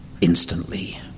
instantly